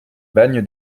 bagne